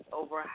over